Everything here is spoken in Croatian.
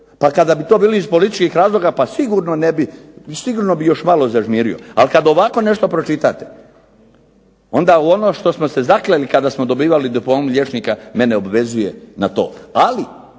Pa kada bi to bili iz političkih razloga pa sigurno bi još malo zažmirio. Ali kada ovako nešto pročitate, onda ono u što smo se zakleli kada smo dobivali diplomu liječnika mene obvezuje na to. Ali